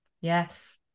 Yes